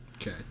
Okay